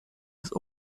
des